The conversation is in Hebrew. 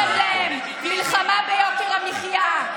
הבטחתם להם מלחמה ביוקר המחיה,